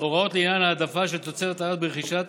הוראות לעניין העדפה של תוצרת הארץ ברכישת